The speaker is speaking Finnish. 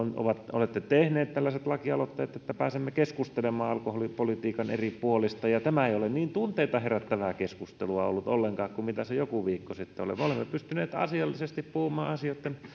olette tehneet tällaiset lakialoitteet että pääsemme keskustelemaan alkoholipolitiikan eri puolista ja tämä ei ole ollut ollenkaan niin tunteita herättävää keskustelua kuin mitä se joku viikko sitten oli me olemme pystyneet asiallisesti puhumaan asioitten